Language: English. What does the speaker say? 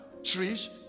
trees